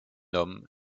homme